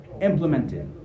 implemented